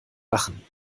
lachen